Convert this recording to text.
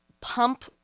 pump